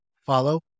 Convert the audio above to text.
follow